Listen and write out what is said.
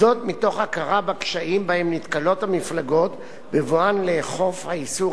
זאת מתוך הכרה בקשיים שבהם נתקלות המפלגות בבואן לאכוף האיסור